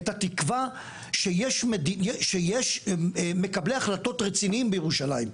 את התקווה שיש מקבלי החלטות רציניים בירושלים,